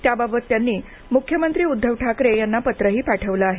याबाबत त्यांनी मुख्यमंत्री उद्धव ठाकरे यांना पत्रही पाठवलं आहे